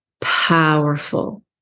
powerful